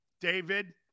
David